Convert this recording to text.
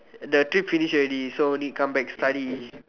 the trip finish already so need come back study